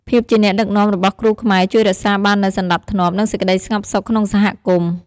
ភាពជាអ្នកដឹកនាំរបស់គ្រូខ្មែរជួយរក្សាបាននូវសណ្តាប់ធ្នាប់ និងសេចក្តីស្ងប់សុខក្នុងសហគមន៍។